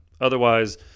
Otherwise